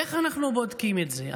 איך אנחנו בודקים את זה?